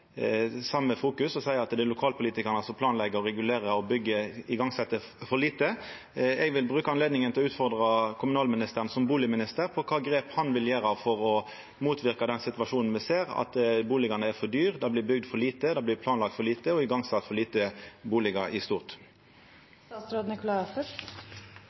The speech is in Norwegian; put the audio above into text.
same fokus og seier at det er lokalpolitikarane som planlegg, regulerer, byggjer og set i gang for lite. Eg vil bruka anledninga til å utfordra kommunalministeren som bustadminister på kva grep han vil gjera for å motverka den situasjonen me ser, at bustadene er for dyre, og at det blir bygd og planlagd for få bustader i stort. Takk for